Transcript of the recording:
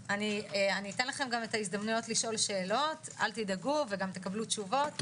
לכן את ההזדמנויות לשאול שאלות וגם תקבלו תשובות,